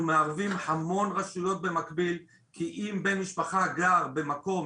אנחנו מערבים המון רשויות במקביל כי אם בן משפחה גר במקום